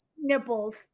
nipples